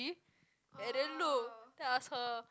and then look then I ask her